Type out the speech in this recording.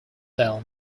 down